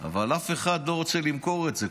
אבל אף אחד לא רוצה למכור את זה.